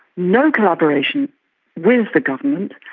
no collaboration with the government,